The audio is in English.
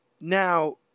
now